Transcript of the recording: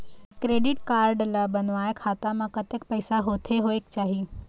Credit card ला बनवाए खाता मा कतक पैसा होथे होएक चाही?